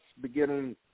beginning